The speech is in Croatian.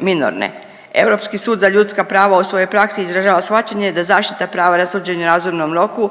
minorne. Europski sud za ljudska prava u svojoj praksi izražava shvaćanje da zaštita prava na suđenje u razumnom roku